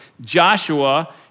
Joshua